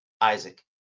Isaac